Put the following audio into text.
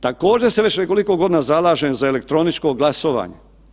Također se već nekoliko godina zalažem za elektroničko glasovanje.